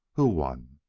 who won?